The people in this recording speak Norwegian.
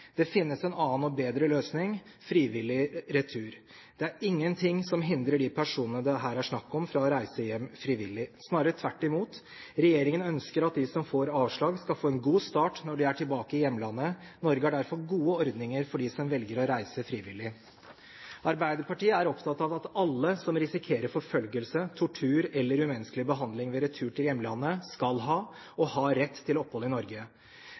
Det finnes en annen og bedre løsning: frivillig retur. Det er ingenting som hindrer de personene det her er snakk om, fra å reise hjem frivillig. Snarere tvert imot: Regjeringen ønsker at de som får avslag, skal få en god start når de er tilbake i hjemlandet. Norge har derfor gode ordninger for dem som velger å reise frivillig. Arbeiderpartiet er opptatt av at alle som risikerer forfølgelse, tortur eller umenneskelig behandling ved retur til hjemlandet, skal ha – og har – rett til opphold i Norge.